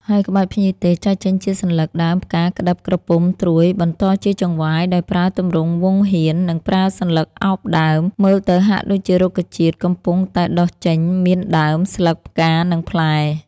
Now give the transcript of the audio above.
ហើយក្បាច់ភ្ញីទេសចែកចេញជាសន្លឹក ដើម ផ្កា ក្តឹប ក្រពុំ ត្រួយ បន្តជាចង្វាយដោយប្រើទម្រង់វង់ហៀន និងប្រើសន្លឹកឱបដើម មើលទៅហាក់ដូចជារុក្ខជាតិកំពុងតែដុះចេញមានដើម ស្លឹក ផ្កា និងផ្លែ។